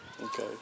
Okay